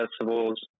festivals